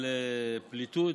על פליטות,